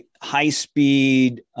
high-speed